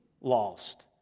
lost